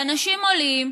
ואנשים עולים,